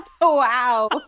Wow